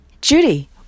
Judy